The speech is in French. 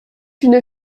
une